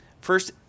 first